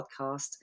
podcast